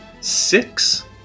six